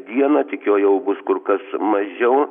dieną tik jo jau bus kur kas mažiau